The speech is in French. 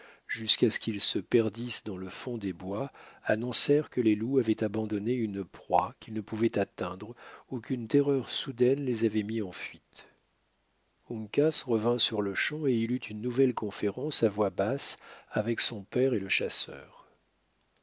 jusqu'à ce qu'ils se perdissent dans le fond des bois annoncèrent que les loups avaient abandonné une proie qu'ils ne pouvaient atteindre ou qu'une terreur soudaine les avait mis en fuite uncas revint sur-le-champ et il eut une nouvelle conférence à voix basse avec son père et le chasseur